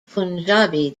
punjabi